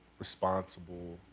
responsible,